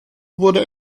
wurde